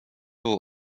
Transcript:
było